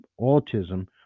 autism